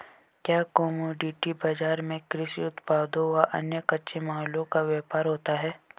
क्या कमोडिटी बाजार में कृषि उत्पादों व अन्य कच्चे मालों का व्यापार होता है?